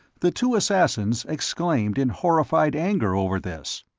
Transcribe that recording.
the two assassins exclaimed in horrified anger over this.